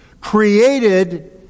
Created